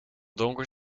donker